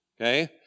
Okay